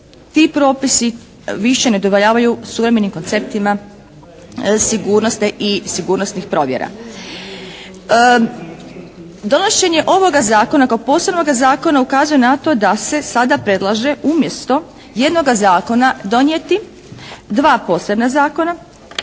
ti propisi više ne udovoljavaju suvremenim konceptima sigurnosti i sigurnosnih provjera. Donošenje ovoga Zakona kao posebnoga zakona ukazuje na to da se sada predlaže umjesto jednoga zakona donijeti dva posebna zakona